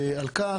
על כך,